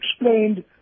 explained